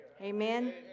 Amen